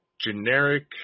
generic